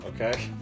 okay